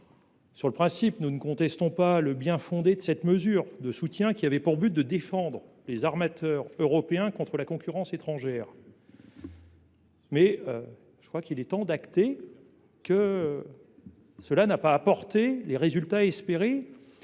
Sur le principe, nous ne contestons pas le bien fondé de cette mesure de soutien, qui avait pour objet de défendre les armateurs européens contre la concurrence étrangère. Mais il est temps d’acter que cette disposition n’a pas produit les résultats escomptés,…